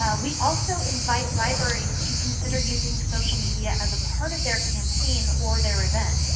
ah we also invite libraries to consider using social media as a part of their campaign or their event.